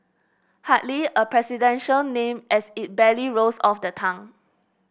hardly a presidential name as it barely rolls off the tongue